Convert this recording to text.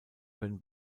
können